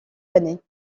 années